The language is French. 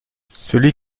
celui